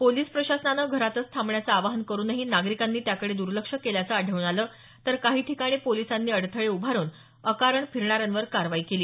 police प्रशासनानं घरातच थांबण्याचं आवाहन करूनही नागरिकांनी त्याकडे दुर्लक्ष केल्याचं आढळून आलं तर काही ठिकाणी पोलिसांनी अडथळे उभारून अकारण फिरणाऱ्यांवर कारवाई केली